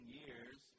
years